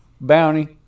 bounty